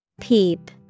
Peep